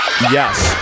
Yes